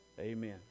Amen